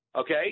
okay